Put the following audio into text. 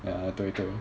ah 对对